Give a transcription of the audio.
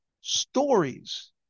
stories